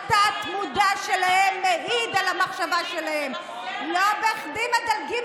אני רוצה לומר כך: הפעם אני מבקש להגן